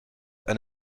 and